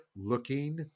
looking